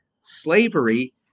slavery